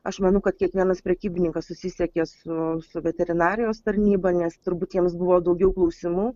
aš manau kad kiekvienas prekybininkas susisiekė su veterinarijos tarnyba nes turbūt jiems buvo daugiau klausimų